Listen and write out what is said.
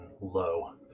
low